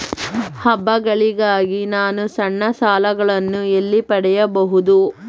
ಹಬ್ಬಗಳಿಗಾಗಿ ನಾನು ಸಣ್ಣ ಸಾಲಗಳನ್ನು ಎಲ್ಲಿ ಪಡೆಯಬಹುದು?